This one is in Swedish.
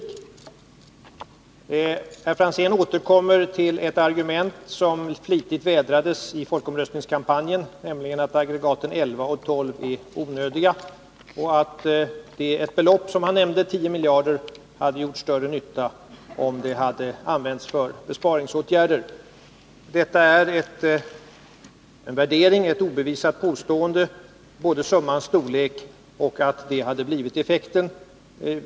Herr Franzén återkom till ett argument som flitigt vädrades i folkomröstningskampanjen, nämligen att aggregaten 11 och 12 är onödiga och att det belopp som han nämnde, 10 miljarder, hade gjort större nytta om det hade använts för besparingsåtgärder. Påståendena både om summans storlek och om effekten är emellertid obevisade påståenden.